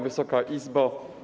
Wysoka Izbo!